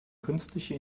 künstliche